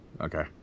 Okay